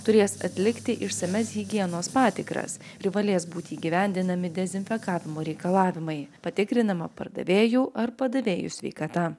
turės atlikti išsamias higienos patikras privalės būti įgyvendinami dezinfekavimo reikalavimai patikrinama pardavėjų ar padavėjų sveikata